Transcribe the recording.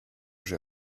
j’ai